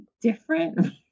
different